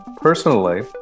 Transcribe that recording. Personally